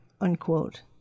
unquote